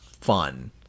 fun